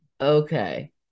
okay